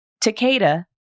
Takeda